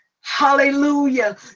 hallelujah